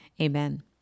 Amen